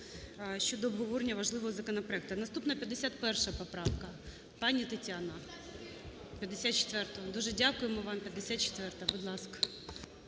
щодо обговорення важливого законопроекту. Наступна 51 поправка. Пані Тетяна! 54-а. Дуже дякуємо вам. 54-а, будь ласка.